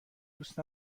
دوست